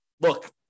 look